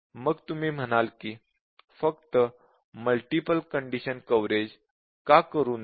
मग तुम्ही म्हणाल की फक्त मल्टिपल कंडीशन कव्हरेज का करू नये